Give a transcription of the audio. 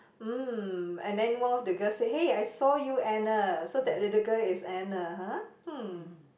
mm and then one of the girl say hey I saw you Anna so that little girl is Anna ha hmm